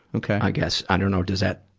i guess. i dunno, does that,